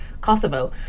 Kosovo